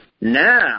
Now